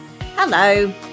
Hello